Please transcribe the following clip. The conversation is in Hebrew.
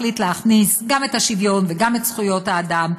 החליט להכניס גם את השוויון וגם את זכויות האדם,